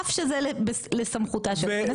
אף שזה לסמכותה של הכנסת,